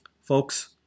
Folks